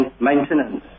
maintenance